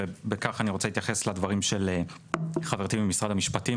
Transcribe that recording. ובכך אני רוצה להתייחס לדברים של חברתי ממשרד המשפטים